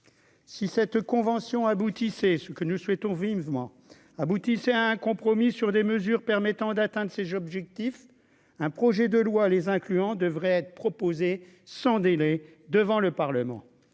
vivement aboutissait à un compromis sur des mesures permettant d'atteindre ses objectifs, un projet de loi les incluant devrait être proposé sans délai devant le Parlement